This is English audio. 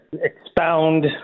expound